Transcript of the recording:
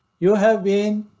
you have been.